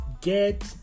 Get